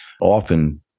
Often